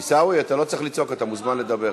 עיסאווי, אתה לא צריך לצעוק, אתה מוזמן לדבר.